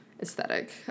aesthetic